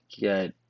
get